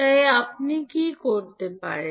তাই আপনি কি করতে পারেন